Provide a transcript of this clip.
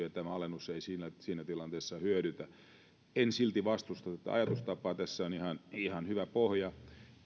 alennus ei siinä siinä tilanteessa hyödytä en silti vastusta tätä ajatustapaa tässä on ihan hyvä pohja